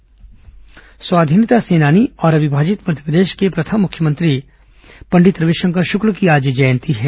रविशंकर शुक्ल जयंती स्वाधीनता सेनानी और अविभाजित मध्यप्रदेश के प्रथम मुख्यमंत्री पंडित रविशंकर शुक्ल की आज जयंती है